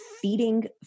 feeding